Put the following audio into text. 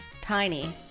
tiny